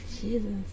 Jesus